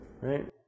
right